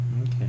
Okay